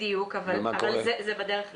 בדיוק, אבל זה בדרך לשם.